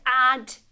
add